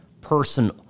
person